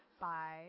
bye